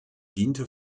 diente